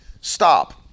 Stop